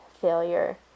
failure